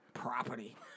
Property